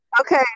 Okay